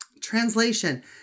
Translation